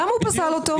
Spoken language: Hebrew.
למה הוא פסל אותו?